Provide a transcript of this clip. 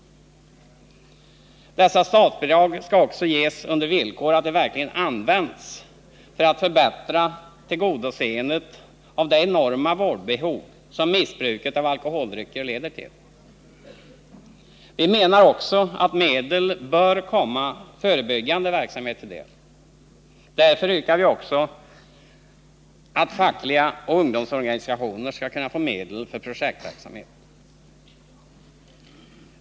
Dessa statsbidrag skall också ges under villkor att de verkligen används för att förbättra möjligheterna att tillgodose det enorma vårdbehov som missbruket av alkoholdrycker leder till. Vi menar också att medel bör komma förebyggande verksamhet till de. Därför yrkar vi att också fackliga organisationer och ungdomsorganisationer skall kunna få medel för projektverksamhet.